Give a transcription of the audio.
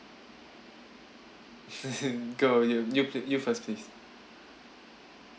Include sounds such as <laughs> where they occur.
<laughs> go you you you first please